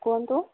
କୁହନ୍ତୁ